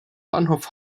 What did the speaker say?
bahnhof